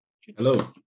Hello